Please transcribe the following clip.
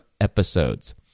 episodes